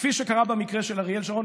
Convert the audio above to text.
כפי שקרה במקרה של אריאל שרון,